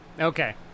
Okay